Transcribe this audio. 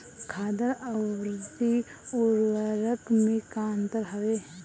खादर अवरी उर्वरक मैं का अंतर हवे?